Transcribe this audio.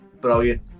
brilliant